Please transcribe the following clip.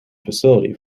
facility